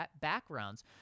backgrounds